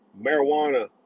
marijuana